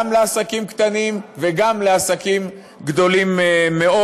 לעסקים קטנים וגם לעסקים גדולים מאוד.